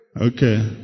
Okay